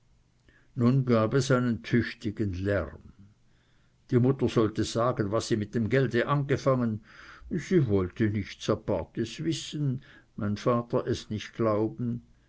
nun gab es einen tüchtigen lärm die mutter sollte sagen was sie mit dem gelde angefangen sie wollte nichts apartes wissen mein vater es nicht glauben